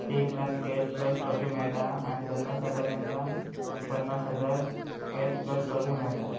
एक lakh cash plus trophy मेळटा आनी रनर्स जाता तांकां पन्नास हजार कॅश प्लस ट्रॉफी मेळटा